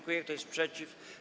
Kto jest przeciw?